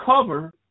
cover